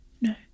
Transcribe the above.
No